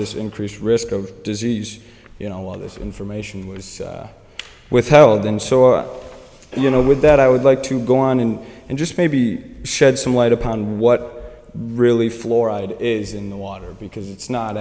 this increased risk of disease you know while this information was withheld and so you know with that i would like to go on in and just maybe shed some light upon what really fluoride is in the water because it's not